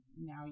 now